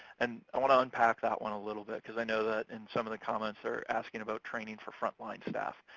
and i wanna unpack that one a little bit, cause i know that in some of the comments they're asking about training for frontline staff.